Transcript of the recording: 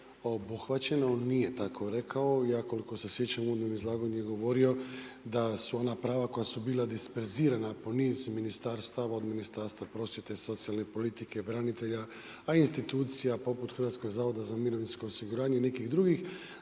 obuhvaćeno. Nije tako rekao. Ja koliko se sjećam u uvodnom izlaganju je govorio, da su ona prava koja su bila disperzirana po nizu ministarstava, od Ministarstva prosvjeta i socijalne politike, branitelja, pa institucija poput HZMO i nekih drugih,